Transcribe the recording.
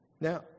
Now